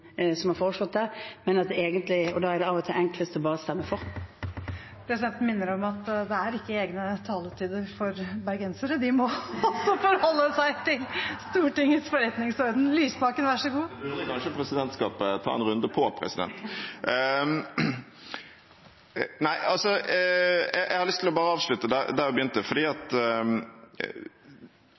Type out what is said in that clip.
som har foreslått det. Da er det av og til enklest å bare stemme for. Presidenten minner om at det er ikke egne taletider for bergensere! De må holde seg til Stortingets forretningsorden. Audun Lysbakken – til oppfølgingsspørsmål. Det burde kanskje presidentskapet ta en runde på, president! Jeg har lyst til bare å avslutte der jeg begynte,